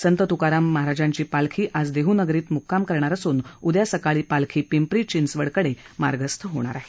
संत तुकाराम महाराजांची पालखी आज देहुनगरीत मुक्काम करणार असून उद्या सकाळी पालखी पिंपरी चिंचवड कडे मार्गस्थ होणार आहे